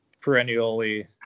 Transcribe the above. perennially